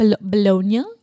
Bologna